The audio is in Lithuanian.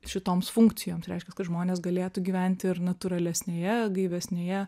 šitoms funkcijoms reiškias kad žmonės galėtų gyventi ir natūralesnėje gaivesnėje